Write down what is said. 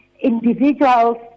individuals